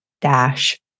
dash